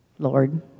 Lord